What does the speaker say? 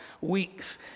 weeks